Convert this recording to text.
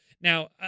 Now